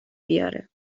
بیاره